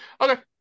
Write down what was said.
okay